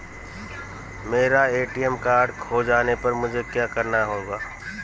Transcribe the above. मेरा ATM card खो जाने पर मुझे क्या करना होगा?